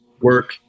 work